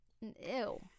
Ew